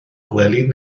gwely